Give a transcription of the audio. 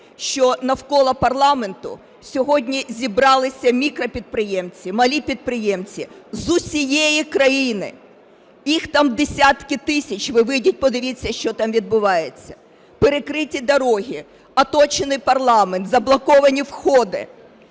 що навколо парламенту сьогодні зібралися мікропідприємці, малі підприємці з усієї країни. Їх там десятки тисяч. Ви вийдіть, подивіться, що там відбувається: перекриті дороги, оточений парламент, заблоковані входи.